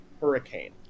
hurricane